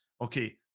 okay